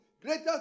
Greater